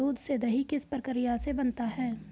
दूध से दही किस प्रक्रिया से बनता है?